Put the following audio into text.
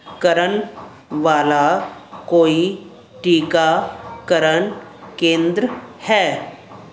ਕਰਨ ਵਾਲਾ ਕੋਈ ਟੀਕਾਕਰਨ ਕੇਂਦਰ ਹੈ